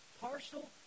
partial